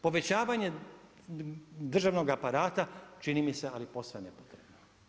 Povećavanje državnog aparata, čini mi se ali posve nepotrebno.